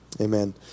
Amen